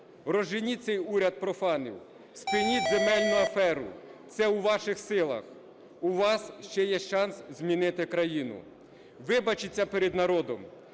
Проженіть цей уряд профанів. Спиніть земельну аферу. Це у ваших силах. У вас ще є шанс змінити країну. Вибачіться перед народом.